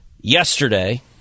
Yesterday